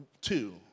two